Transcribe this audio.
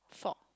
fog